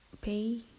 pay